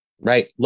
Right